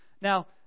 Now